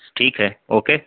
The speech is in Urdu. ٹھیک ہے اوکے